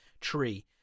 tree